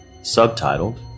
subtitled